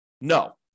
No